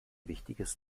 wichtiges